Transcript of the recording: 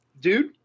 dude